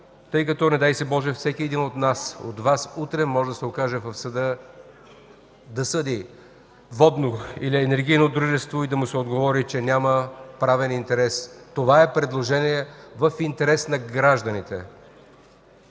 тъй като, не дай Боже, всеки един от нас, от Вас утре може да се окаже в съда да съди водно или енергийно дружество и да му се отговори, че няма правен интерес. Това е предложение в интерес на гражданите.